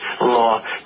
law